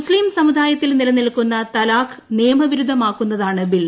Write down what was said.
മുസ്ലീം സമുദായത്തിൽ നിലനിൽക്കുന്ന തലാഖ് നിയമ വിരുദ്ധമാക്കുന്നതാണ് ബിൽ